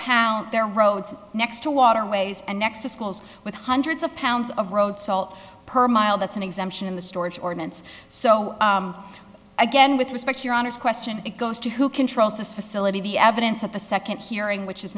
pounds their roads next to waterways and next to schools with hundreds of pounds of road salt per mile that's an exemption in the storage ordinance so again with respect to your honor's question it goes to who controls this facility the evidence at the second hearing which is